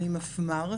אני מפמ"ר,